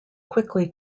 quickly